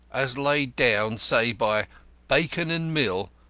as laid down, say, by bacon and mill,